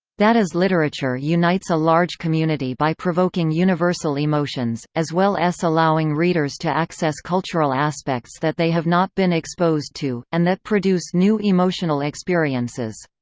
that is literature unites a large community by provoking universal emotions, as well s allowing readers to access cultural aspects that they have not been exposed to, and that produce new emotional experiences.